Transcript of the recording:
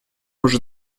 уже